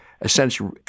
essentially